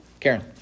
Karen